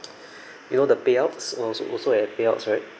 you know the payouts also also have payouts right